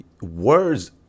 words